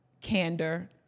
candor